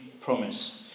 promise